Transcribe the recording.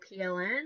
pln